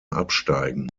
absteigen